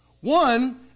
One